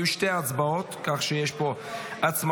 יהיו שתי הצבעות, יש פה הצמדה.